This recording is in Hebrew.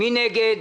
מי נגד?